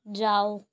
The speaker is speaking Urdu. جاؤ